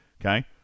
okay